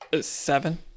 Seven